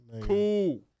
Cool